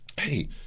hey